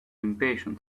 impatient